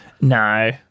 No